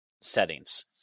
settings